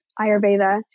Ayurveda